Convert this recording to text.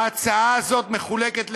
ההצעה הזאת מחולקת לשניים: